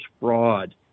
fraud